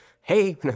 hey